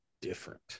different